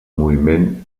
moviment